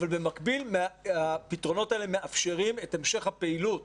אבל במקביל הפתרונות האלה מאפשרים את המשך הפעילות.